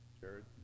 Jared